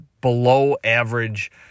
below-average